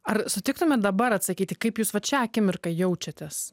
ar sutiktumėt dabar atsakyti kaip jūs vat šią akimirką jaučiatės